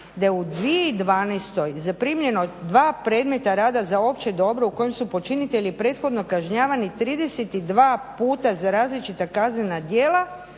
da je u 2012. zaprimljeno dva predmeta rada za opće dobro u kojem su počinitelji prethodno kažnjavani 32 puta za različita kaznena djela